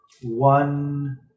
One